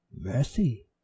mercy